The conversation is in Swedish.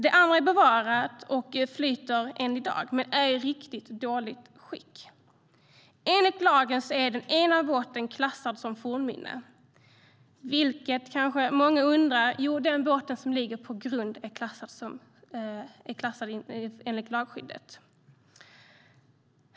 Den andra är bevarad och flyter än i dag men är i riktigt dåligt skick. Enligt lagen är den ena båten klassad som fornminne. Vilken det är kanske många undrar. Jo, den båt som ligger på grund är klassad och lagskyddad.